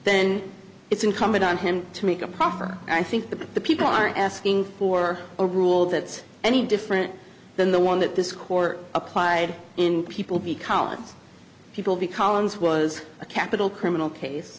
then it's incumbent on him to make a profit and i think the people are asking for a rule that's any different than the one that this court applied in people be collins people be collins was a capital criminal case